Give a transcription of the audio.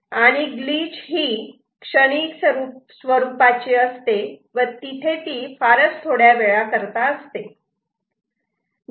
आणि ग्लिच ही क्षणिक स्वरूपाची असते व तिथे ती फारच थोड्या वेळा करता असते